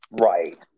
Right